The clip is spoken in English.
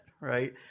right